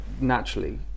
naturally